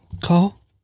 call